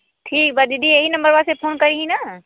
ठीक बा दीदी यही नम्बर वा से फ़ोन करी ना